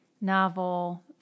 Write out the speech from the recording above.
novel